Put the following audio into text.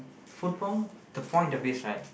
football the point of this right